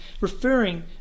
referring